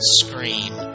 scream